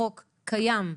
החוק קיים,